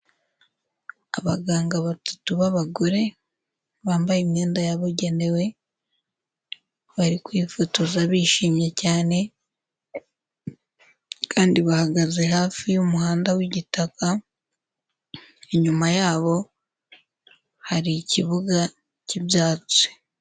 Abaganga batatu b'abagore, bambaye imyenda yabugenewe bari kwifotoza bishimye cyane kandi bahagaze hafi y'umuhanda w'igitaka, inyuma yabo hari ikibuga cy'ibyatsi.